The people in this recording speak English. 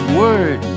word